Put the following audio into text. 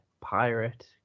pirate